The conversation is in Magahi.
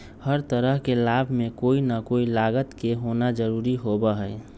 हर तरह के लाभ में कोई ना कोई लागत के होना जरूरी होबा हई